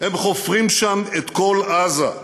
הם חופרים שם את כל עזה,